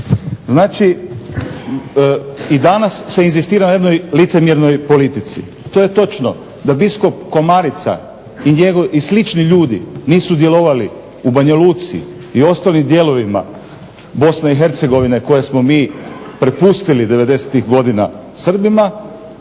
Znači i danas se inzistira na jednoj licemjernoj politici. To je točno da biskup Komarica i slični ljudi nisu djelovali u Banja Luci i ostalim dijelovima BiH koje smo mi prepustili devedesetih godina Srbima,